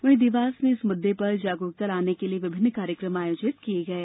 वहीं देवास में इस मुद्दे पर जागरूकता लाने के लिये विभिन्न कार्यक्रम आयोजित किये गये